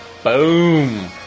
Boom